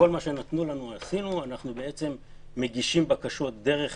אנחנו מגישים בקשות דרך